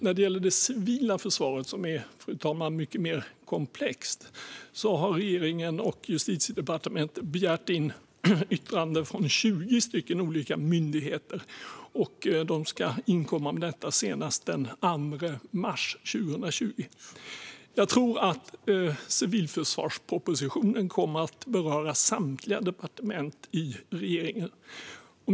När det gäller det civila försvaret, som är mycket mer komplext, har regeringen och Justitiedepartementet begärt in yttranden från 20 olika myndigheter senast den 2 mars 2020. Jag tror att civilförsvarspropositionen kommer att beröra samtliga departement i regeringen.